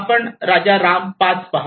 आपण राजा राम 5 पहा